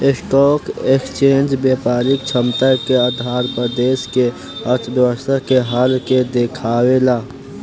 stock exchange व्यापारिक क्षमता के आधार पर देश के अर्थव्यवस्था के हाल के देखावेला